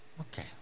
Okay